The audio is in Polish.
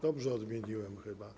Dobrze odmieniłem chyba?